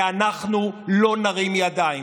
ואנחנו לא נרים ידיים,